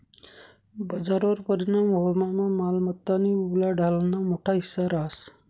बजारवर परिणाम व्हवामा मालमत्तानी उलाढालना मोठा हिस्सा रहास